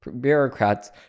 bureaucrats